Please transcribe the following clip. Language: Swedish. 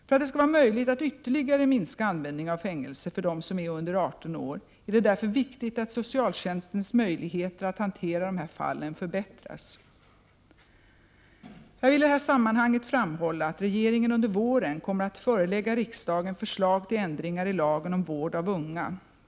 För att det skall vara möjligt att ytterligare minska användningen av fängelse för dem som är under 18 år är det därför viktigt att socialtjänstens möjligheter att hantera dessa fall förbättras. Jag vill i detta sammanhang framhålla att regeringen under våren kommer att förelägga riksdagen förslag till ändringar i lagen om vård av unga.